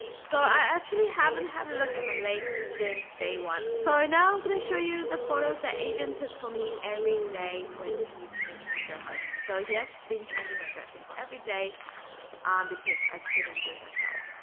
so i actually haven't had a look at my legs since day one so now i'm gonna show you the photos that adrian took for me every day when he changed my dressing, so he has been changing my dressing every day because i couldn't do it myself.